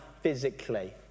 physically